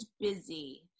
busy